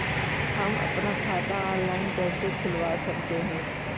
हम अपना खाता ऑनलाइन कैसे खुलवा सकते हैं?